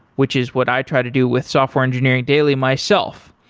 which is what i try to do with software engineering daily myself,